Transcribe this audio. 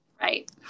Right